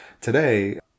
today